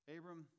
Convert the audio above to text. Abram